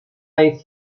drive